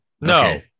no